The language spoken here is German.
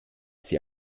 sie